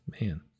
man